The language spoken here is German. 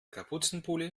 kapuzenpulli